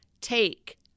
take